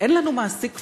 אין לנו מעסיק פורמלי,